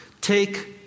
Take